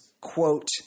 quote